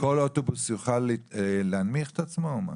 כל אוטובוס יוכל להנמיך את עצמו או מה?